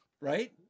right